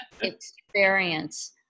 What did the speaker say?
experience